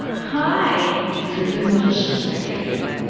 hi! if you've been with us since the beginning,